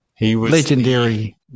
Legendary